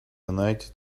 united